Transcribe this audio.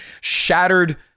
shattered